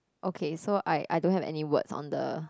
okay so I I don't have any words on the